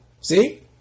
see